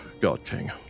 god-king